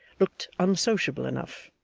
looked unsociable enough.